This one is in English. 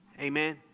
Amen